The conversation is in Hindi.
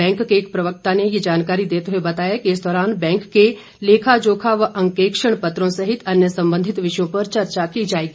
बैंक के एक प्रवक्ता ने ये जानकारी देते हुए बताया कि इस दौरान बैंक के लेखा जोखा व अंकेक्षण पत्रों सहित अन्य सम्बंधित विषयों पर चर्चा की जाएगी